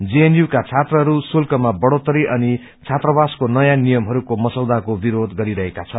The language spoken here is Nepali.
जेएनयू का छात्रहरू शुल्कमा बढ़ोत्तरी अनि छात्रावासको नयाँ नियमहरूको मसौदाको विरोध गरिरहेका छन्